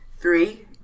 Three